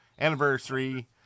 anniversary